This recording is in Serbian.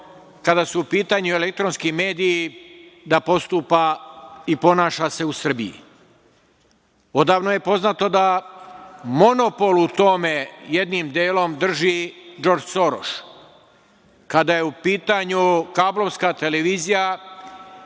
kada su u pitanju elektronski mediji, da postupa i ponaša se u Srbiji. Odavno je poznato da monopol u tome jednim delom drži Džordž Soroš. Kada je u pitanju kablovska televizija,